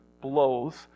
blows